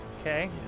Okay